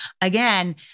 again